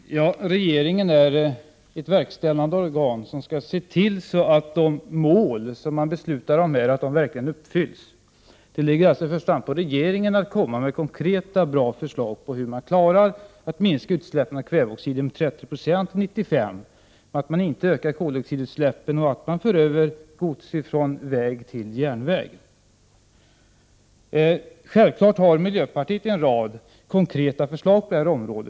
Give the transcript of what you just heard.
Herr talman! Regeringen är ett verkställande organ som skall se till att de mål som man fattar beslut om verkligen uppfylls. Det ankommer alltså i första hand på regeringen att ta fram konkreta och bra förslag så att utsläppen av kväveoxider minskas med 30 9 till 1995, så att koldioxidutsläppen inte ökar, och så att gods förs över från landsväg till järnväg. Självfallet har vi i miljöpartiet en rad konkreta förslag på detta område.